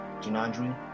janandri